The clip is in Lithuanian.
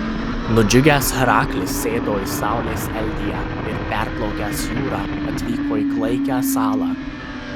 nudžiugęs heraklis sėdo į saulės eldiją ir perplaukęs jūrą atvyko į klaikią salą